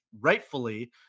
rightfully